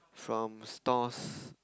from stalls